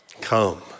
Come